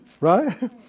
Right